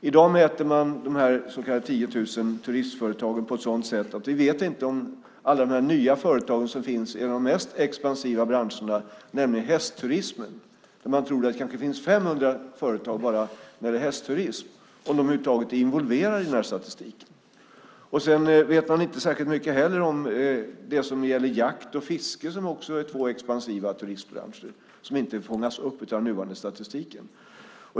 I dag mäter man de här 10 000 turistföretagen på ett sådant sätt att vi inte vet om alla de nya företagen i en av de mest expansiva branscherna, nämligen hästturismen - där man tror att det kanske finns 500 företag - över huvud taget är involverade i den här statistiken. Sedan vet man inte heller särskilt mycket om det som gäller jakt och fiske som också är två expansiva turistbranscher som inte fångas upp av den nuvarande statistiken.